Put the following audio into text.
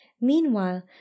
Meanwhile